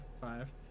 five